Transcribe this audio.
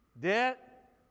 debt